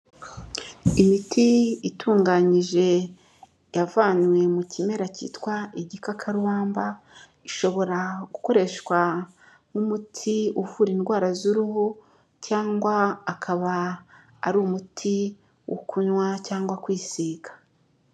Imiti itunganyije yavanywe mu kimera cyitwa igikakarubamba, ishobora gukoreshwa nk'umuti uvura indwara z'uruhu cyangwa akaba ari umuti wo kunywa cyangwa kwisiga.